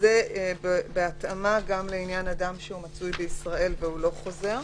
זה בהתאמה גם לעניין אדם שמצוי בישראל והוא לא חוזר.